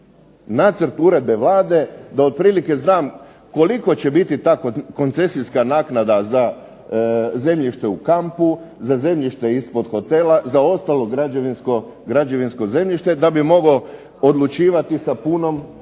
Nacrt uredbe Vlade da otprilike znam koliko će biti ta koncesijska naknada za zemljište u kampu, za zemljište ispod hotela, za ostalo građevinsko zemljište da bi mogao odlučivati sa punom